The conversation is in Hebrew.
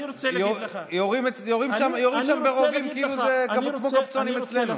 יורים שם ברובים כאילו זה כמו קפצונים אצלנו.